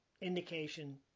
indication